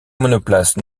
monoplace